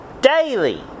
daily